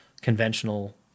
conventional